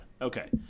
Okay